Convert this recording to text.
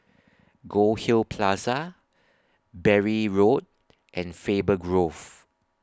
Goldhill Plaza Bury Road and Faber Grove